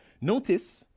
Notice